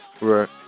Right